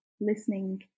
listening